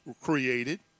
created